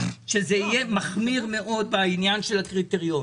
שזה יהיה מחמיר מאוד בעניין של הקריטריון.